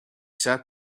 sat